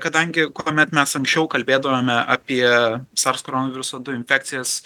kadangi kuomet mes anksčiau kalbėdavome apie sars koronaviruso infekcijas